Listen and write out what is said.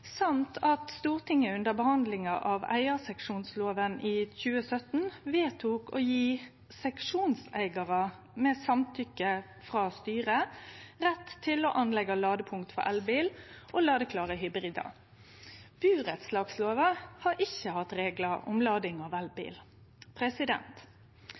at Stortinget under behandlinga av eigarseksjonslova i 2017 vedtok å gje seksjonseigarar med samtykke frå styret rett til å etablere ladepunkt for elbil og ladeklare hybridar. Burettslagslova har ikkje hatt reglar om lading av